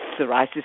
psoriasis